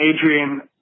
Adrian